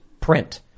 Print